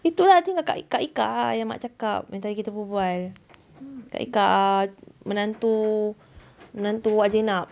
itu lah I think kakak kak ika ah yang mak cakap yang tadi kita berbual kak ika ah menantu menantu wak jenab